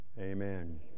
Amen